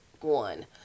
one